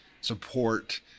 support